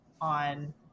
on